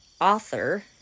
Author